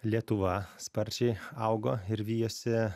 lietuva sparčiai augo ir vijosi